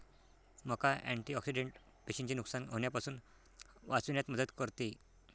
मका अँटिऑक्सिडेंट पेशींचे नुकसान होण्यापासून वाचविण्यात मदत करते